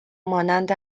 مانند